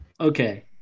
Okay